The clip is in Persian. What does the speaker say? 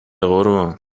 قربان